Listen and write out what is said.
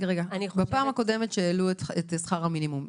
בפעם הקודמת שהעלו את שכר המינימום,